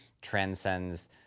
transcends